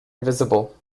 invisible